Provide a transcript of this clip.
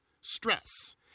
stress